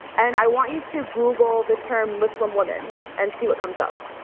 and i want you to google the term muslim women and see what comes up.